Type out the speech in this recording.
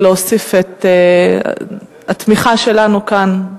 להוסיף את התמיכה שלנו כאן,